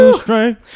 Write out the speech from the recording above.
strength